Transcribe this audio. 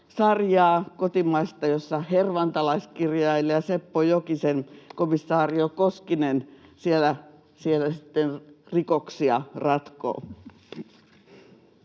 sarjaa, kotimaista, jossa hervantalaiskirjailija Seppo Jokisen komisario Koskinen siellä sitten rikoksia ratkoo.